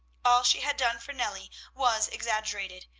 all she had done for nellie was exaggerated,